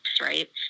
right